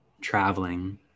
traveling